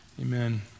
amen